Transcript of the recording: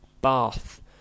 Bath